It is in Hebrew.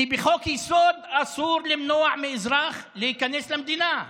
כי בחוק-היסוד אסור למנוע מאזרח להיכנס למדינה,